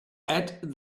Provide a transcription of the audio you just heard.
add